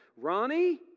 Ronnie